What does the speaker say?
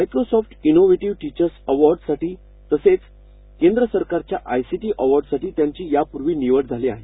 Microsoft innovative teachers एवार्डसाठी तसेच केंद्र सरकारच्या आयसीटी ऑवार्डसाठी त्यांची यापूर्वी निवड झाली आहे